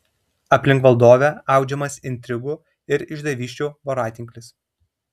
aplink valdovę audžiamas intrigų ir išdavysčių voratinklis